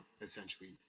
essentially